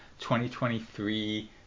2023